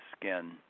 skin